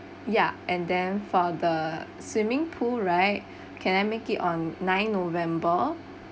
ya and then for the swimming pool right can I make it on nine november